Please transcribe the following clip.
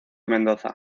mendoza